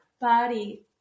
body